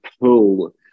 pull